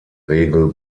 regel